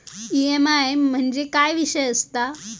EMI म्हणजे काय विषय आसता?